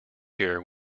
here